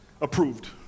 approved